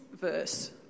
verse